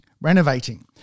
renovating